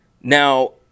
Now